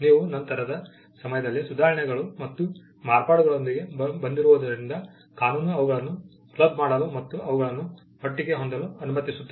ನೀವು ನಂತರದ ಸಮಯದಲ್ಲಿ ಸುಧಾರಣೆಗಳು ಮತ್ತು ಮಾರ್ಪಾಡುಗಳೊಂದಿಗೆ ಬಂದಿರುವುದರಿಂದ ಕಾನೂನು ಅವುಗಳನ್ನು ಕ್ಲಬ್ ಮಾಡಲು ಮತ್ತು ಅವುಗಳನ್ನು ಒಟ್ಟಿಗೆ ಹೊಂದಲು ಅನುಮತಿಸುತ್ತದೆ